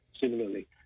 similarly